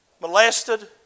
molested